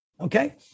Okay